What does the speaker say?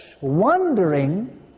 wondering